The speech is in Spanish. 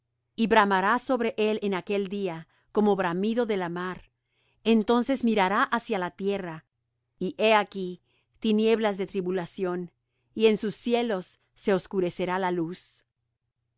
bramará sobre él en aquel día como bramido de la mar entonces mirará hacia la tierra y he aquí tinieblas de tribulación y en sus cielos se oscurecerá la luz